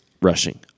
rushing